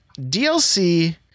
dlc